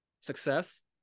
success